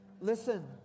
Listen